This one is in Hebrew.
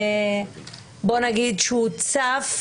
בואו נגיד שהוא צף,